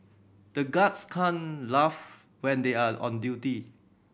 the guards can't laugh when they are on duty